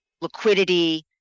liquidity